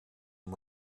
and